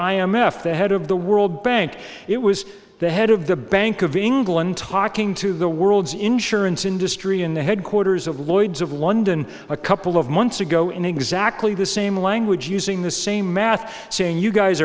f the head of the world bank it was the head of the bank of england talking to the world's insurance industry in the headquarters of lloyd's of london a couple of months ago in exactly the same language using the same math saying you guys